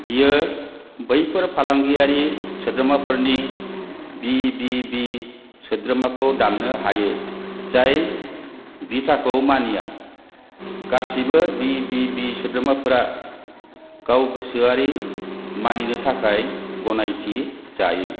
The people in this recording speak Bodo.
बियो बैफोर फालांगियारि सोद्रोमाफोरनि बी बी बी सोद्रोमाखौ दाननो हायो जाय बिथाखौ मानिया गासिबो बी बी बी सोद्रोमाफोरा गाव गोसोयारि मानिनो थाखाय गनायथि जायो